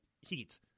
heat